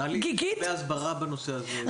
צריך הסברה בנושא הזה.